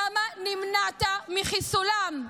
למה נמנעת מחיסולם?